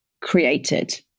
created